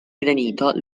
granito